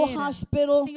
hospital